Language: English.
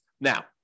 Now